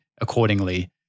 accordingly